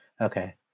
okay